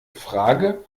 frage